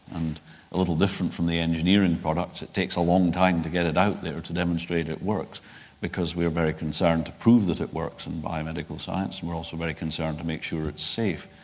and a little different from the engineering products it takes a long time to get it out there to demonstrate it works because we're very concerned to prove that it works in biomedical science and we're also very concerned to make sure it's safe.